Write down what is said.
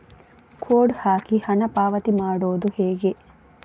Code ಹಾಕಿ ಹಣ ಪಾವತಿ ಮಾಡೋದು ಹೇಗೆ?